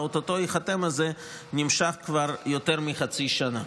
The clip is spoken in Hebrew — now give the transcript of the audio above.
והאו-טו-טו ייחתם הזה נמשך כבר יותר מחצי שנה.